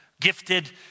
gifted